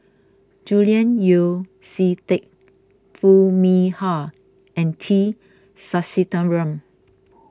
Julian Yeo See Teck Foo Mee Har and T Sasitharan